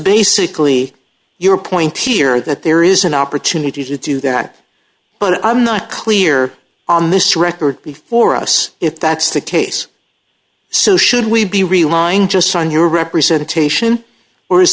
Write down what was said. basically your point here that there is an opportunity to do that but i'm not clear on this record before us if that's the case so should we be relying just on your representation or is